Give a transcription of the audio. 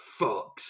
fucks